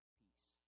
peace